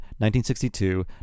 1962